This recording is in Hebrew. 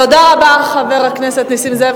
תודה רבה, חבר הכנסת נסים זאב.